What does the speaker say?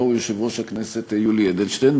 הלוא הוא יושב-ראש הכנסת יולי אדלשטיין.